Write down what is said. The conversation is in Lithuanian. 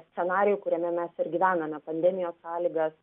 scenarijų kuriame mes ir gyvename pandemijos sąlygas